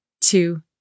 two